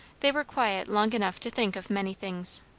they were quiet long enough to think of many things.